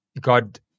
God